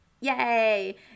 Yay